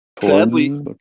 Sadly